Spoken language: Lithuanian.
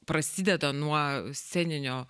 prasideda nuo sceninio